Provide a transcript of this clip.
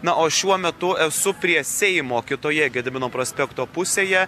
na o šiuo metu esu prie seimo kitoje gedimino prospekto pusėje